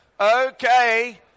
Okay